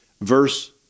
Verse